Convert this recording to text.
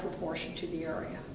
proportion to the area